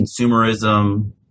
consumerism